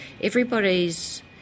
Everybody's